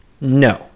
No